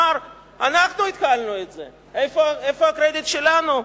הוא אמר: אנחנו התחלנו את זה, איפה הקרדיט שלנו?